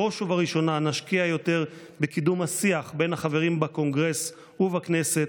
בראש ובראשונה נשקיע יותר בקידום השיח בין החברים בקונגרס ובכנסת,